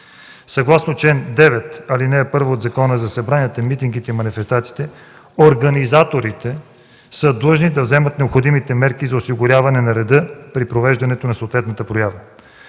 Съгласно чл. 9, ал. 1 от Закона за събранията, митингите и манифестациите организаторите са длъжни да вземат необходимите мерки за осигуряване на реда при провеждането на съответната проява.